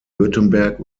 württemberg